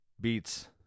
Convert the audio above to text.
beats